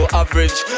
average